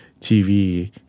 TV